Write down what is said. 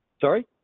Sorry